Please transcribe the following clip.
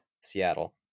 Seattle